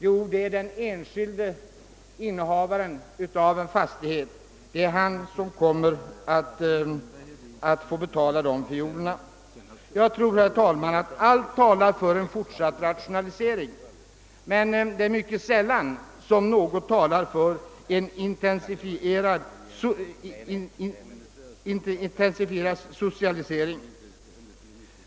Jo, det är den enskilde ägaren av en fastighet som får betala. Jag tror, herr talman, att allt talar för en fortsatt rationalisering. Däremot är det mycket sällan som något talar för en intensifierad socialisering.